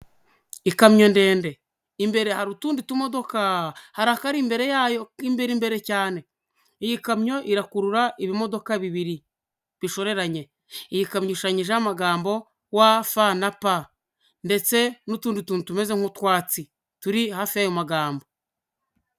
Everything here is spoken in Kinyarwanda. Ikamyo ndende, imbere hari utundi tumodokaaa, hari akandi akari imbere yayo imbere imbere cyane, iyi kamyo irakurura ibimodoka bibiri bishoreranye, iyi kamyo ishushanyijeho amagambo WFP, ndetse n'utundi tuntu tumeze nk'ukwatsi turi hafi y'ayo magambo.